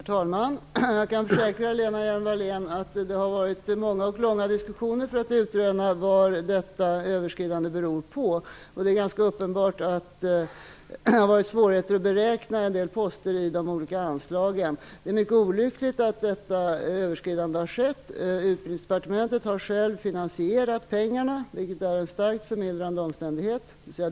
Herr talman! Jag kan försäkra, Lena Hjelm-Wallén, att det har varit många och långa diskussioner för att utröna vad detta överskridande beror på. Det är ganska uppenbart att det har funnits svårigheter när det gällt att beräkna en del poster i de olika anslagen. Det är mycket olyckligt att detta överskridande har skett. Utbildningsdepartementet har självt finansierat pengarna, vilket är en starkt förmildrande omständighet.